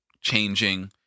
changing